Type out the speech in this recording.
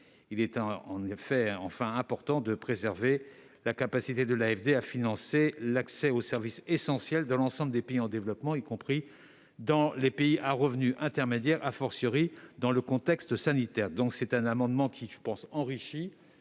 Il est enfin important de préserver la capacité de l'AFD à financer l'accès aux services essentiels de l'ensemble des pays en développement, y compris dans les pays à revenu intermédiaire, dans le contexte sanitaire que nous connaissons. Cet amendement vise à enrichir